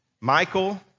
Michael